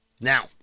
Now